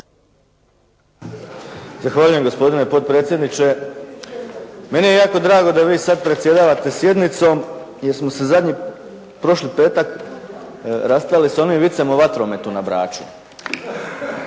Zahvaljujem gospodine potpredsjedniče. Meni je jako drago da vi sad predsjedavate sjednicom, jer smo se prošli petak rastali s onim vicem o vatrometu na Braču.